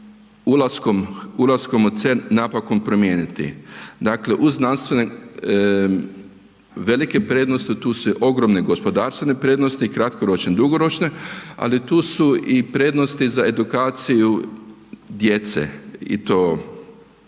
ulaskom u CERN napokon promijeniti. Dakle, uz znanstvene, velike prednosti tu su ogromne gospodarstvene prednosti, kratkoročne, dugoročne, ali tu su i prednosti za edukaciju djece i to